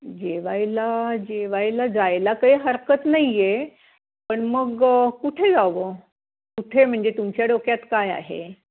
जेवायला जेवायला जायला काही हरकत नाही आहे पण मग कुठे जावं कुठे म्हणजे तुमच्या डोक्यात काय आहे